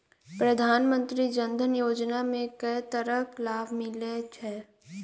प्रधानमंत्री जनधन योजना मे केँ तरहक लाभ मिलय छै?